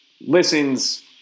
listens